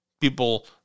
People